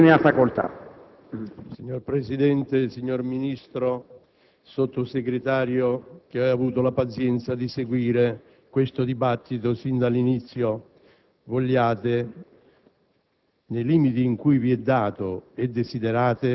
Signor Presidente, signor Ministro, signor Sottosegretario (che ha avuto la pazienza di seguire questo dibattito sin dall'inizio) vogliate